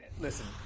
listen